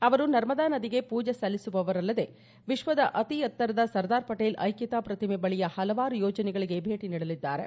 ಅವರು ನರ್ಮದಾ ನದಿಗೆ ಪೂಜೆ ಸಲ್ಲಿಸುವರಲ್ಲದೇ ವಿಶ್ವದ ಅತಿ ಎತ್ತರದ ಸರ್ದಾರ್ ಪಟೇಲ್ ಐಕ್ಕತಾ ಪ್ರತಿಮೆ ಬಳಿಯ ಪಲವಾರು ಯೋಜನೆಗಳಿಗೆ ಭೇಟಿ ನೀಡಲಿದ್ದಾರೆ